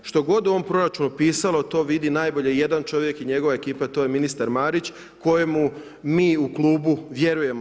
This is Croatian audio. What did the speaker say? Što god u ovom proračunu pisalo to vidi najbolje jedan čovjek i njegova ekipa, to je ministar Marić kojemu mi u Klubu vjerujemo.